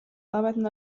arbeiten